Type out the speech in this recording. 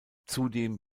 zudem